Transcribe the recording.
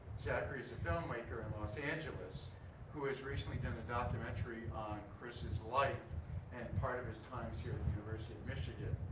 zachary is a filmmaker in los angeles who has recently done a documentary on chris' life and part of his times here at the university of michigan.